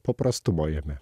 paprastumo jame